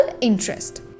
interest